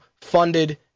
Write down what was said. funded